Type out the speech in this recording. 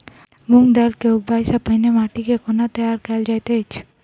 मूंग दालि केँ उगबाई सँ पहिने माटि केँ कोना तैयार कैल जाइत अछि?